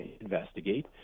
investigate